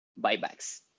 buybacks